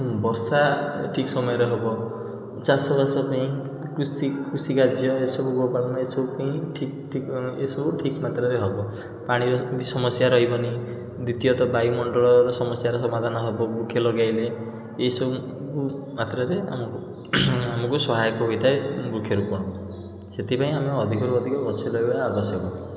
ବର୍ଷା ଏ ଠିକ୍ ସମୟରେ ହେବ ଚାଷବାସ ପାଇଁ କୃଷି କୃଷିକାର୍ଯ୍ୟ ଏସବୁ ଗୋପାଳନ ବା ଏସବୁ ପାଇଁ ଠିକ୍ ଠିକ୍ ଏସବୁ ଠିକ୍ ମାତ୍ରାରେ ହେବ ପାଣିର ବି ସମସ୍ୟା ରହିବନି ଦ୍ୱିତୀୟ ତ ବାୟୁମଣ୍ଡଳର ସମସ୍ୟାର ସମାଧାନ ହେବ ବୃକ୍ଷ ଲଗେଇଲେ ଏହିସବୁ ମାତ୍ରାରେ ଆମକୁ ଆମକୁ ସହାୟକ ହୋଇଥାଏ ବୃକ୍ଷରୋପଣ ସେଥିପାଇଁ ଆମେ ଅଧିକରୁ ଅଧିକ ଗଛ ଲଗେଇବା ଆବଶ୍ୟକ